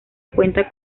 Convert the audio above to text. cuenta